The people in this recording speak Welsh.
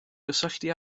gysylltu